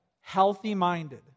Healthy-minded